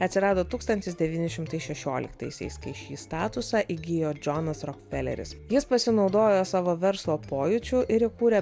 atsirado tūkstantis devyni šimtai šešioliktaisiais kai šį statusą įgijo džonas rokfeleris jis pasinaudojo savo verslo pojūčiu ir įkūrė